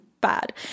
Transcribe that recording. Bad